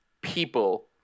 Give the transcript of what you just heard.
people